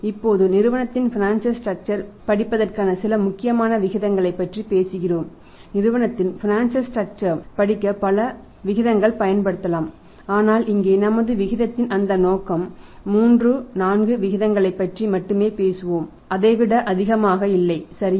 இப்போது நிறுவனத்தின் financial structure ப் படிக்க பல விகிதங்கள் பயன்படுத்தப்படலாம் ஆனால் இங்கே நமது விவாதத்தின் நோக்கம் 3 4 விகிதங்களைப் பற்றி மட்டுமே பேசுவோம் அதை விட அதிகமாக இல்லை சரியா